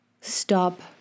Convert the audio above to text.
stop